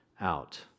out